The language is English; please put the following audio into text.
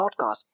podcast